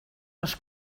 les